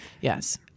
Yes